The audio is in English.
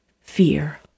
Fear